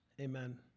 Amen